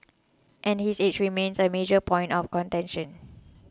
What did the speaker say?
and his age remains a major point of contention